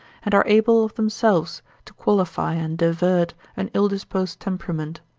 and are able of themselves to qualify and divert an ill-disposed temperament.